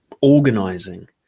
Organizing